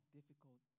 difficult